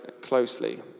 closely